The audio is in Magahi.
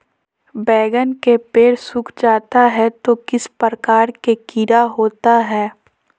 बैगन के पेड़ सूख जाता है तो किस प्रकार के कीड़ा होता है?